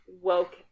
woke